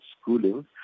schooling